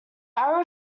arrow